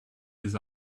his